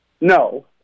No